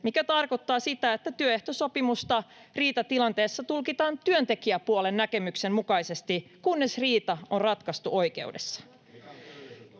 mikä tarkoittaa sitä, että työehtosopimusta riitatilanteessa tulkitaan työntekijäpuolen näkemyksen mukaisesti, kunnes riita on ratkaistu oikeudessa.